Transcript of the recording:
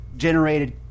Generated